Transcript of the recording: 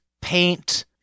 paint